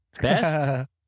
best